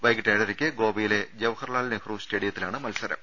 വൈകീട്ട് ഏഴരക്ക് ഗോവയിലെ ജവഹർലാൽ നെഹ്റു സ്റ്റേഡിയത്തിലാണ് മത്സരം